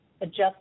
adjust